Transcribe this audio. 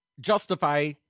justify